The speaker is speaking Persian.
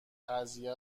قضیه